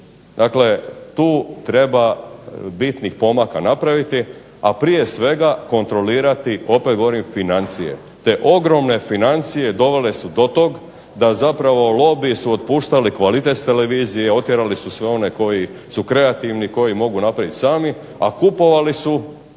Dakle, tu treba bitnih pomaka napraviti, a prije svega kontrolirati opet govorim financije. Te ogromne financije dovele su do toga da su zapravo lobiji otpuštali s televizije otjerali su sve one koji su kreativni, koji mogu napraviti sami, a kupovali su